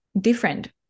different